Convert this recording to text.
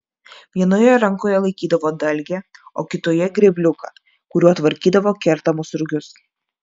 vienoje rankoje laikydavo dalgę o kitoje grėbliuką kuriuo tvarkydavo kertamus rugius